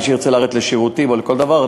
מי שירצה לרדת לשירותים או לכל דבר אחר,